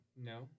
No